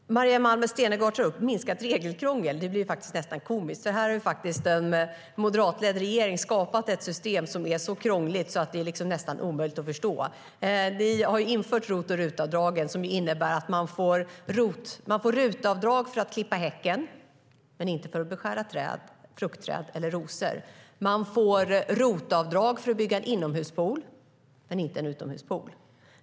Fru talman! Maria Malmer Stenergard tar upp minskat regelkrångel, och det blir faktiskt nästan komiskt. Här har ju en moderatledd regering skapat ett system som är så krångligt att det är nästan omöjligt att förstå. Ni har infört ROT och RUT-avdragen, som innebär att man får RUT-avdrag för att låta klippa häcken men inte för att låta beskära fruktträd eller rosor. Man får ROT-avdrag för att låta bygga en inomhuspool men inte en utomhuspool.